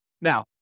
Now